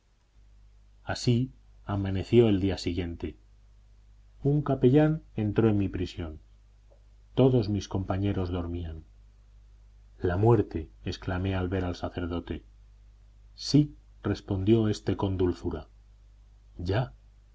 así amaneció el día siguiente un capellán entró en mi prisión todos mis compañeros dormían la muerte exclamé al ver al sacerdote sí respondió éste con dulzura ya